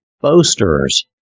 boasters